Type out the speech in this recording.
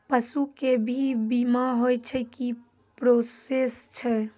पसु के भी बीमा होय छै, की प्रोसेस छै?